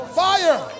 fire